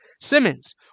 Simmons